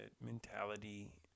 mentality